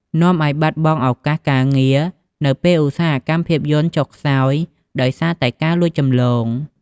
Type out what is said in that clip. នាំឲ្យបាត់បង់ឱកាសការងារ នៅពេលឧស្សាហកម្មភាពយន្តចុះខ្សោយដោយសារតែការលួចចម្លង ។